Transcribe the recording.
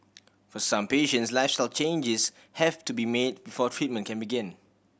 for some patients lifestyle changes have to be made before treatment can begin